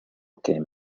came